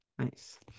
nice